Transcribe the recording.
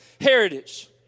heritage